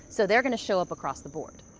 so they're gonna show up across the board.